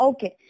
Okay